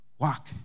Walk